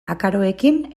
akaroekin